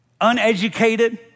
uneducated